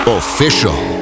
official